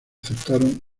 aceptaron